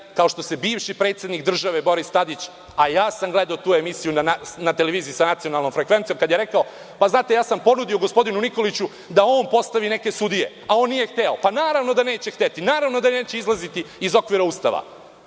kao što se bivši predsednik države Boris Tadić, a ja sam gledao tu emisiju na televiziji sa nacionalnom frekvencijom, kada je rekao – pa, znate, ja sam ponudio gospodinu Nikoliću da on postavi neke sudije a on nije hteo. Naravno da neće hteti, naravno da neće izlaziti iz okvira Ustava.